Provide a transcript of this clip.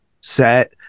set